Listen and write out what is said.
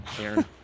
Aaron